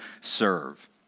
serve